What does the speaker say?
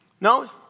No